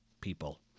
people